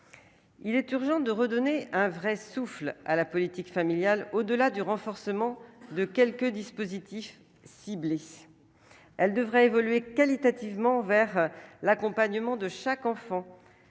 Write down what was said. Il est urgent de redonner un vrai souffle à la politique familiale au-delà du renforcement de quelques dispositifs ciblés, elle devrait évoluer qualitativement vers l'accompagnement de chaque enfant,